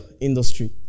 industry